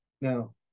now